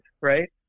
right